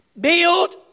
build